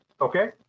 okay